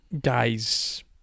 guys